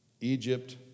Egypt